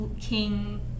King